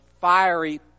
fiery